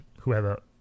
whoever